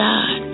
God